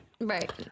Right